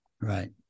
Right